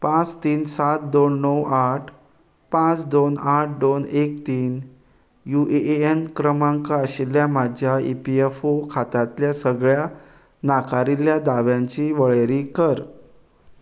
पांच तीन सात दोन णव आठ पांच दोन आठ दोन एक तीन यु ए ए एन क्रमांक आशिल्ल्या म्हज्या ई पी एफ ओ खात्यांतल्या सगळ्या नाकारिल्ल्या दाव्यांची वळेरी कर